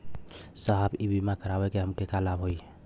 साहब इ बीमा करावे से हमके का लाभ होई?